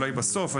אולי בסוף.